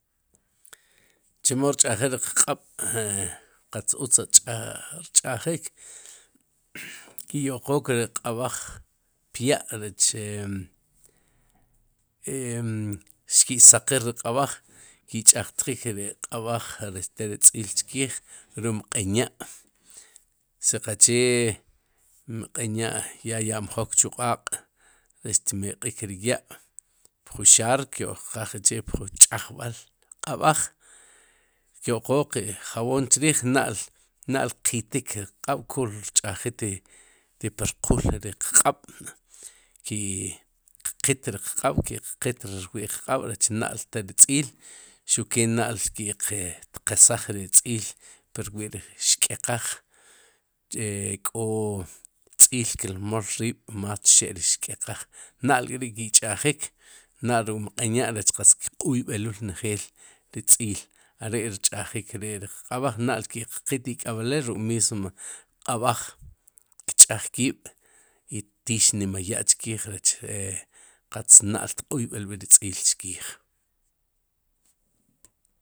Chemo rch'ajik ri qq'b' e qatz utz rchá rch'ajik ki'yo'qook ri q'ab'aj pya'rech em em xki'saqiir ri q'aab'aj ki'ch'ajtjik ri q'ab'aj rech xtel ri tz'iil chkiij rum mq'en ya'si qache mq'enya'ya ya'mjok chu q'aaq' rech ixmeq'iik ri ya'pju xaar kyo'qqaaj k' chi'pju ch'ajb'al q'ab'aj kyo'qook qe'jaboon chriij na'l na'l kqitik q'aq kul rch'ajik te pu rqul ri qq'ab' ki'qqiit ri qq'aab' i qqiit ri rwi'qq'aab' rech na'l tel ri tz'iil xuke na'l kiq qesaj ri tz'iil pur wi'ri xk'eqaaj che k'o tz'iil ki rmol riib'mas txe'ri xk'eqaj na'l kri'ki'ch'ajik na'l ruk'mq'en ya'rech kq'uyb'elul njeel ri tz'iil are rch'ajik ri ri qq'ab'aj na'l ke'q qqiit ik'eb'elil ruk'mismo q'ab'aj kch'aj kiib' i ktiix nima ya'chikiij reche e qatz na'l tq'uyb'elb'ik ri tz'iil chkiij.